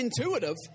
intuitive